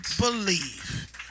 believe